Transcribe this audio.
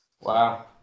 Wow